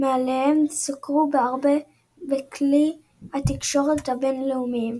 מעליהם סוקרו בהרחבה בכלי התקשורת הבין-לאומיים.